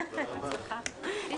הישיבה ננעלה בשעה 13:37.